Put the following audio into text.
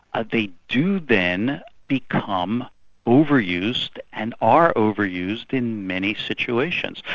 ah they do then become overused and are overused in many situations.